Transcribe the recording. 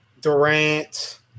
Durant